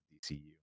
DCU